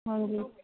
ਹਾਂਜੀ